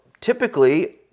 typically